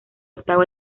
octavo